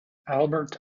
albert